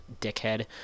dickhead